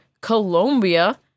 Colombia